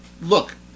Look